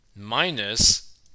Minus